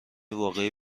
واقعی